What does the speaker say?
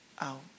out